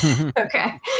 okay